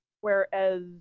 whereas